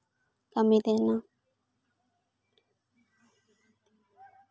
ᱠᱟᱹᱢᱤᱭ ᱛᱟᱦᱮᱸᱱᱟ